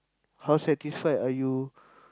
how satisfied are you